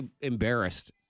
embarrassed